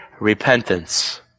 repentance